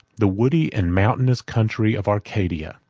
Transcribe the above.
the woody and mountainous country of arcadia,